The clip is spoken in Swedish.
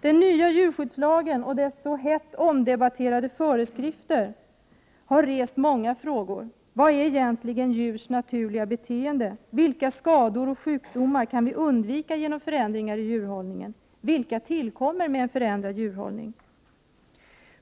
Den nya djurskyddslagen och dess så hett omdebatterade föreskrifter har rest många frågor. Vad är egentligen djurs naturliga beteende? Vilka skador och sjukdomar kan vi undvika genom förändringar i djurhållningen? Vilka tillkommer med en förändrad djurhållning?